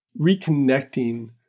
reconnecting